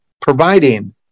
providing